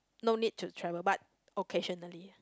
no need to travel but occasionally